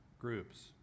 groups